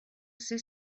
ser